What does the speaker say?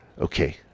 Okay